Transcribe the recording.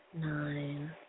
nine